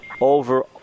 over